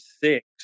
six